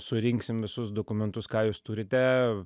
surinksim visus dokumentus ką jūs turite